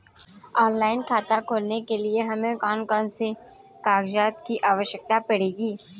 Online खाता खोलने के लिए हमें कौन कौन से कागजात की आवश्यकता पड़ेगी?